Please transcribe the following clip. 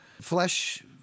flesh